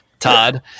Todd